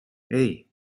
hey